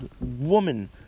woman